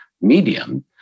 medium